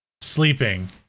sleeping